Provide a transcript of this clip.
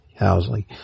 Housley